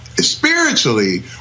spiritually